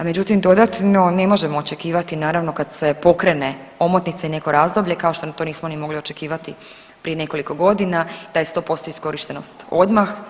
Međutim dodatno, ne možemo očekivati naravno kad se pokrene omotnica i neko razdoblje kao što to nismo ni mogli očekivati prije nekoliko godina da je 100% iskorištenost odmah.